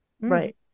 Right